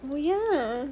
oh ya